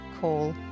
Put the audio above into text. call